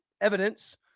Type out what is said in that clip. evidence